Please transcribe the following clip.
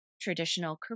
traditional